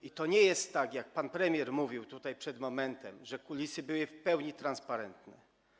I to nie jest tak, jak pan premier mówił tutaj przed momentem, że kulisy były w pełni transparentne.